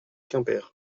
quimper